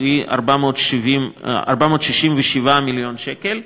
הוא 467 מיליון שקל,